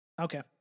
Okay